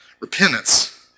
repentance